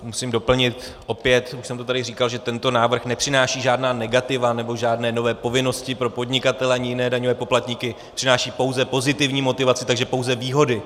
Musím opět doplnit, už jsem to tady říkal, že tento návrh nepřináší žádná negativa nebo žádné nové povinnosti pro podnikatele ani jiné daňové poplatníky, přináší pouze pozitivní motivaci, takže pouze výhody.